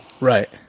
Right